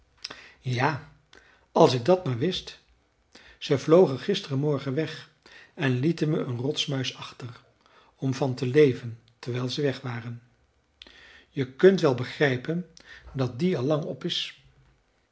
ja als ik dat maar wist ze vlogen gisteren morgen weg en lieten me een rotsmuis achter om van te leven terwijl ze weg waren je kunt wel begrijpen dat die al lang op is